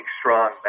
strong